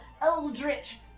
eldritch